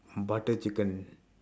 butter chicken